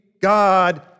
God